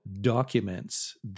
documents